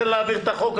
תן להעביר את החוק,